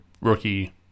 rookie